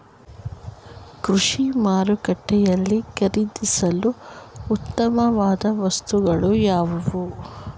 ಕೃಷಿ ಮಾರುಕಟ್ಟೆಯಲ್ಲಿ ಖರೀದಿಸುವ ಉತ್ತಮವಾದ ವಸ್ತುಗಳು ಯಾವುವು?